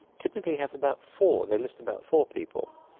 typically have about four. they list about four people,